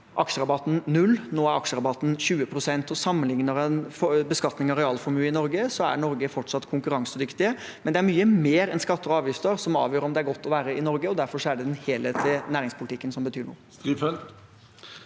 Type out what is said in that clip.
var aksjerabatten 0, nå er aksjerabatten på 20 pst. Sammenligner en beskatning av realformue i Norge, er Norge fortsatt konkurransedyktig. Likevel er det mye mer enn skatter og avgifter som avgjør om det er godt å være i Norge, og derfor er det den helhetlige næringspolitikken som betyr noe.